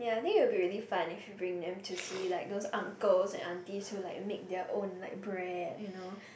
and I think it'll be really fun if you bring them to see like those uncles and aunties still like make their own like bread you know